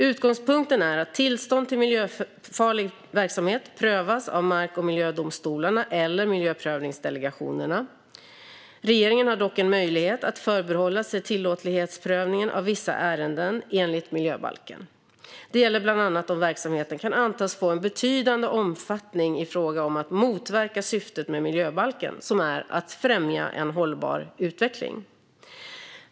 Utgångspunkten är att tillstånd till miljöfarlig verksamhet prövas av mark och miljödomstolarna eller miljöprövningsdelegationerna. Regeringen har dock en möjlighet att förbehålla sig tillåtlighetsprövningen av vissa ärenden enligt miljöbalken. Det gäller bland annat om verksamheten kan antas få en betydande omfattning i fråga om att motverka syftet med miljöbalken, som är att främja en hållbar utveckling.